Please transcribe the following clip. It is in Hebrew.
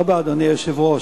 אדוני היושב-ראש,